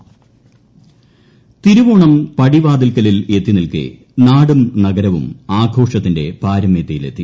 ഉത്രാടപ്പാച്ചിൽ തിരുവോണം പടിവാതിൽക്കലിൽ എത്തിനിൽക്കെ നാടും നഗരവും ആഘോഷത്തിന്റെ പാരമ്യതയിലെത്തി